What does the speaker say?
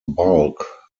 bulk